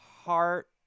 heart